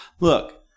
Look